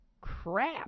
crap